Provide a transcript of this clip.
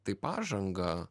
tai pažangą